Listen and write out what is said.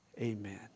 Amen